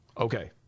Okay